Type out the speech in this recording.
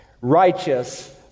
righteous